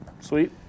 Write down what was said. Sweet